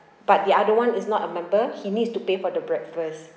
but the other [one] is not a member he needs to pay for the breakfast